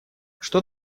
что